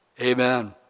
Amen